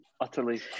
Utterly